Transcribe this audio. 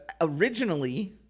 originally